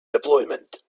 deployment